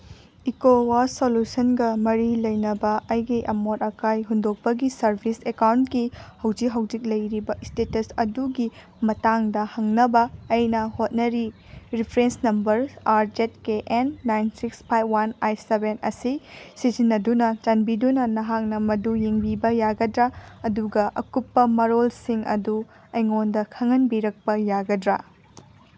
ꯏꯀꯣꯋꯥꯁ ꯁꯣꯂꯨꯁꯟꯒ ꯃꯔꯤ ꯂꯩꯅꯕ ꯑꯩꯒꯤ ꯑꯃꯣꯠ ꯑꯀꯥꯏ ꯍꯨꯟꯗꯣꯛꯄꯒꯤ ꯁꯔꯚꯤꯁ ꯑꯦꯀꯥꯎꯟꯀꯤ ꯍꯧꯖꯤꯛ ꯍꯧꯖꯤꯛ ꯂꯩꯔꯤꯕ ꯏꯁꯇꯦꯇꯁ ꯑꯗꯨꯒꯤ ꯃꯇꯥꯡꯗ ꯍꯪꯅꯕ ꯑꯩꯅ ꯍꯣꯠꯅꯔꯤ reference number R Z K N nine six five one eight seven ꯑꯁꯤ ꯁꯤꯖꯤꯟꯅꯗꯨꯅ ꯆꯥꯟꯕꯤꯗꯨꯅ ꯅꯍꯥꯛꯅ ꯃꯗꯨ ꯌꯦꯡꯕꯤꯕ ꯌꯥꯒꯗ꯭ꯔꯥ ꯑꯗꯨꯒ ꯑꯀꯨꯞꯄ ꯃꯔꯣꯜꯁꯤꯡ ꯑꯗꯨ ꯑꯩꯉꯣꯟꯗ ꯈꯪꯍꯟꯕꯤꯔꯛꯄ ꯌꯥꯒꯗ꯭ꯔꯥ